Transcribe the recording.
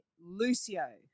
lucio